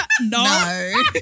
No